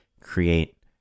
create